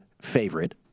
favorite